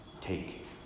take